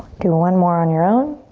do one more on your own.